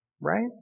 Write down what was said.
right